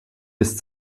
ist